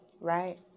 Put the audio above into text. right